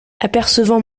apercevant